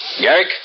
Garrick